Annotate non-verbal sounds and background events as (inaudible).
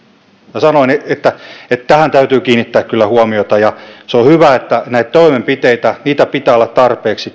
ja sanoin että että tähän täytyy kyllä kiinnittää huomiota se on hyvä että näitä toimenpiteitä työvoimapalveluja pitää olla tarpeeksi (unintelligible)